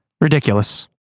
Ridiculous